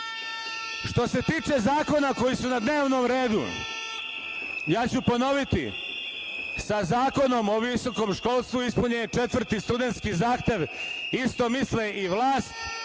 se tiče zakona koji su na dnevnom redu, ja ću ponoviti, sa Zakonom o visokom školstvu ispunjen je četvrti studentski zahtev. Isto misle i vlast